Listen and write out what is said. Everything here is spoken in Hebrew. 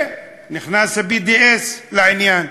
ונכנס ה-BDS לעניין.